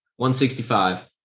165